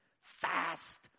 Fast